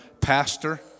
Pastor